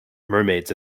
mermaids